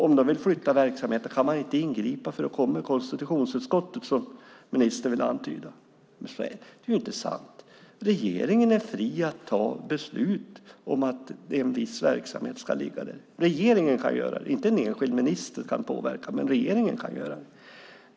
Om de vill flytta verksamheten kan man inte ingripa för då kommer konstitutionsutskottet, vill ministern antyda. Det är inte sant. Regeringen är fri att ta beslut om att en viss verksamhet ska ligga på en viss plats. Regeringen kan göra det. En enskild minister kan inte påverka, men regeringen kan göra det.